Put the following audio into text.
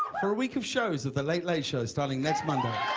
for a week of shows with the late late shows starting next monday.